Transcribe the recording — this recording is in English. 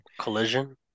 collision